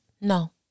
No